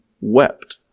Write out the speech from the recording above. wept